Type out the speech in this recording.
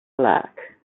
black